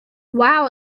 wow